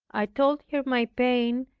i told her my pain,